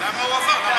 אז למה הוא עבר?